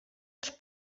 els